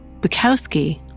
Bukowski